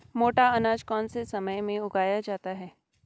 मोटा अनाज कौन से समय में उगाया जाता है?